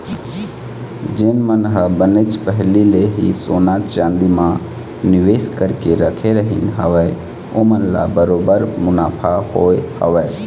जेन मन ह बनेच पहिली ले ही सोना चांदी म निवेस करके रखे रहिन हवय ओमन ल बरोबर मुनाफा होय हवय